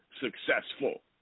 successful